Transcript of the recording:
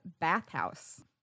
Bathhouse